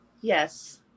Yes